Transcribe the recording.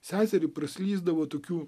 seserį praslysdavo tokių